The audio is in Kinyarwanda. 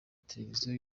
televiziyo